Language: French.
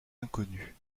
inconnu